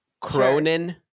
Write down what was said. Cronin